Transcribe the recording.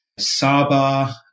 Saba